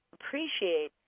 appreciate